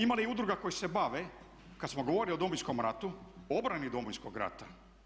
Ima li udruga koje se bave kad smo govorili o Domovinskom ratu o obrani Domovinskog rata?